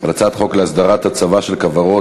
בקריאה ראשונה על הצעת חוק להסדרת הצבה של כוורות